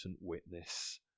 witness